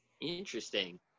Interesting